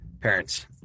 parents